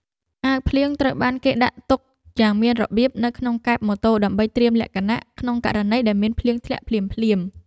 អាវភ្លៀងត្រូវបានគេដាក់ទុកយ៉ាងមានរបៀបនៅក្នុងកែបម៉ូតូដើម្បីត្រៀមលក្ខណៈក្នុងករណីដែលមានភ្លៀងធ្លាក់ភ្លាមៗ។